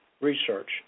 Research